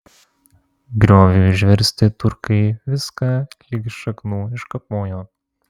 grioviui užversti turkai viską ligi šaknų iškapojo